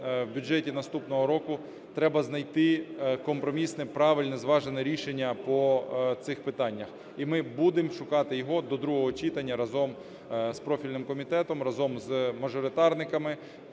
в бюджеті наступного року треба знайти компромісне, правильне, зважене рішення по цих питаннях. І ми будемо шукати його до другого читання разом з профільним комітетом, разом з мажоритарниками.